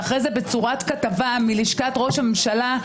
ואחרי זה בצורת כתבה מלשכת ראש הממשלה,